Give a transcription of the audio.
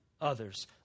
others